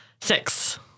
Six